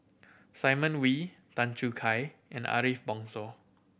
Simon Wee Tan Choo Kai and Ariff Bongso